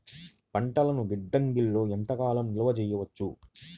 పంటలను గిడ్డంగిలలో ఎంత కాలం నిలవ చెయ్యవచ్చు?